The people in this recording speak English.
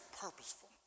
purposeful